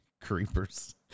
Creepers